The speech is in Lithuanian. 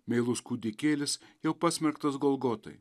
meilus kūdikėlis jau pasmerktas golgotoj